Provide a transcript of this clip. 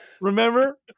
Remember